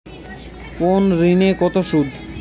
কোন ঋণে কত সুদ?